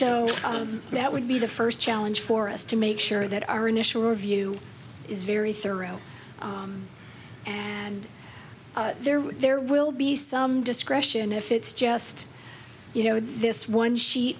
so that would be the first challenge for us to make sure that our initial review is very thorough and there were there will be some discretion if it's just you know this one she